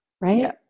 right